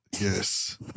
Yes